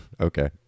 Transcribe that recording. Okay